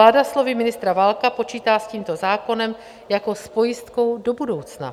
Vláda slovy ministra Válka počítá s tímto zákonem jako s pojistkou do budoucna.